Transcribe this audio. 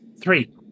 Three